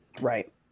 right